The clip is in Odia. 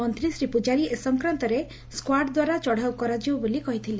ମନ୍ତୀ ଶ୍ରୀ ପୂଜାରୀ ଏ ସଂକ୍ରାନ୍ଡରେ ସ୍କାର୍ଡ଼ଦ୍ୱାରା ଚଢ଼ାଉ କରାଯିବ ବୋଲି କହିଥିଲେ